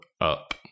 up